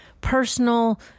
personal